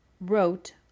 wrote